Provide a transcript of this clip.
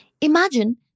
Imagine